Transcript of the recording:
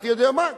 אתה יודע מה?